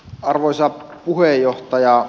arvoisa puheenjohtaja